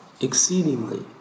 exceedingly